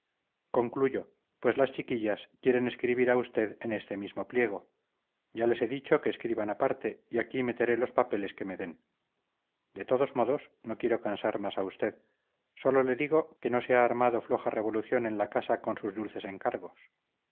concluyo pues las chiquillas quieren escribir a usted en este mismo pliego ya les he dicho que escriban aparte y aquí meteré los papelejos que me den de todos modos no quiero cansar más a usted sólo le digo que no se ha armado floja revolución en la casa con sus dulces encargos